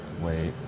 Wait